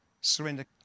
surrender